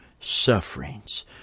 sufferings